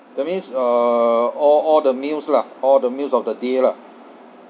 that means uh all all the meals lah all the meals of the day lah